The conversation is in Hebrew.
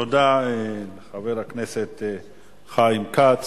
תודה לחבר הכנסת חיים כץ,